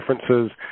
differences